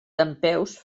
dempeus